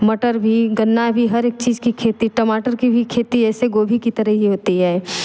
मटर भी गन्ना भी हर एक चीज की खेती टमाटर की भी खेती ऐसे गोभी के तरह ही होती है